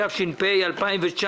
התש"ף-2019.